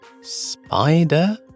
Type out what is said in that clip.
Spider